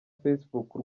facebook